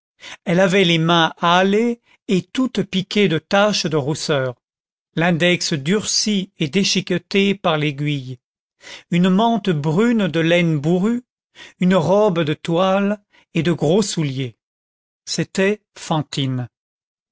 elle avait les mains hâlées et toutes piquées de taches de rousseur l'index durci et déchiqueté par l'aiguille une mante brune de laine bourrue une robe de toile et de gros souliers c'était fantine